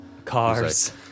Cars